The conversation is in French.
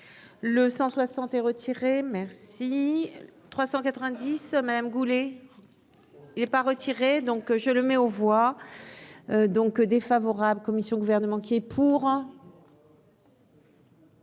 le 160 et retirés merci 390 Madame Goulet il est pas retiré, donc je le mets aux voix donc défavorable commission gouvernement qui est pour.